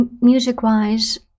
music-wise